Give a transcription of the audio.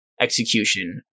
execution